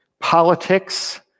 Politics